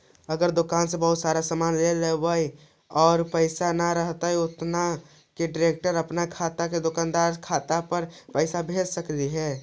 अगर दुकान से बहुत सारा सामान ले लेबै और पैसा न रहतै उतना तब का डैरेकट अपन खाता से दुकानदार के खाता पर पैसा भेज सकली हे?